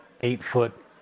eight-foot